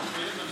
מתחייב אני